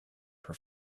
per